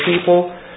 people